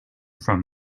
from